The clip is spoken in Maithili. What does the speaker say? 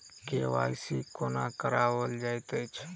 के.वाई.सी कोना कराओल जाइत अछि?